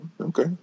Okay